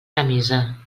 camisa